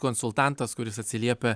konsultantas kuris atsiliepia